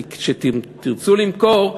כי כשתרצו למכור,